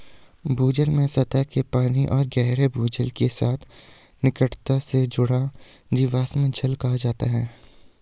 भूजल में सतह के पानी और गहरे भूजल के साथ निकटता से जुड़ा जीवाश्म जल कहा जाता है